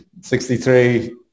63